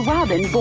Robin